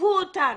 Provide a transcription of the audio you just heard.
שתקפו אותם